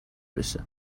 بشه